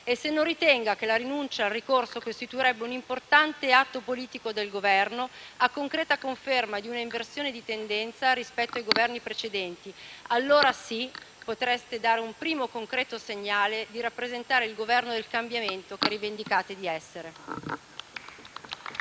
e se non ritenga che la rinuncia al ricorso costituirebbe un importante atto politico del Governo a concreta conferma di un'inversione di tendenza rispetto ai Governi precedenti. Allora sì, potreste dare un primo concreto segnale di rappresentare il Governo del cambiamento che rivendicate di essere.